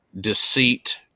deceit